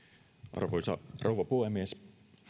arvoisa rouva puhemies